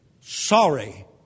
sorry